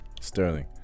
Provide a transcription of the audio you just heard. Sterling